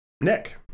Nick